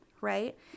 right